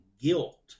guilt